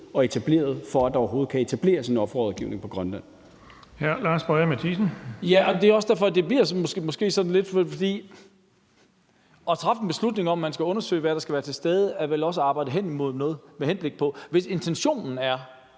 og etableret, for at der overhovedet kan etableres en offerrådgivning på Grønland.